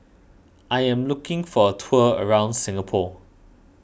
I am looking for a tour around Singapore